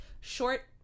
short